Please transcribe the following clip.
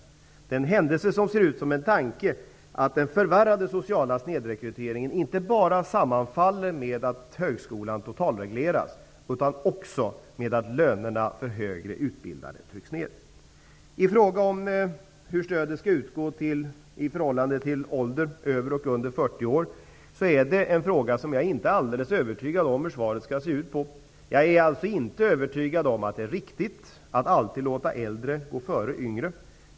Det är en händelse som ser ut som en tanke att den förvärrade sociala snedrekryteringen inte bara sammanfaller med att högskolan totalreglerades utan också med att lönerna för högre utbildade trycktes ned. I fråga om hur stödet skall utgå i förhållande till ålder, över och under 40 år, är jag inte övertygad om hur svaret skall se ut. Jag är inte övertygad om att det är riktigt att alltid låta äldre gå före yngre.